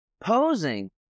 Posing